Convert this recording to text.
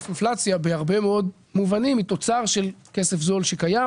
- בהרבה מאוד מובנים היא תוצר של כסף זול שקיים.